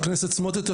חבר הכנסת סמוטריץ',